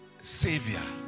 savior